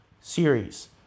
series